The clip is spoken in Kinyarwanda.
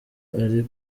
ari